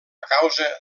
causa